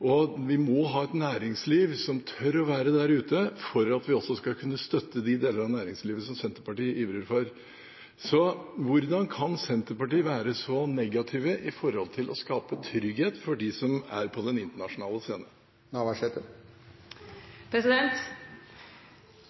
velferd. Vi må ha et næringsliv som tør å være der ute for at vi også skal kunne støtte de deler av næringslivet som Senterpartiet ivrer for. Så hvordan kan Senterpartiet være så negative når det gjelder å skape trygghet for dem som er på den internasjonale scenen?